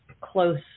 close